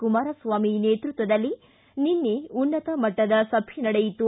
ಕುಮಾರಸ್ವಾಮಿ ನೇತೃತ್ವದಲ್ಲಿ ನಿನ್ನೆ ಉನ್ನತ ಮಟ್ಟದ ಸಭೆ ನಡೆಯಿತು